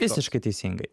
visiškai teisingai